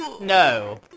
no